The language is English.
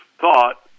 thought